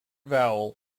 vowel